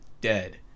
dead